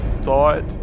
thought